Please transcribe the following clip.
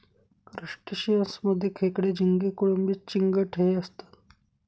crustaceans मध्ये खेकडे, झिंगे, कोळंबी, चिंगट हे असतात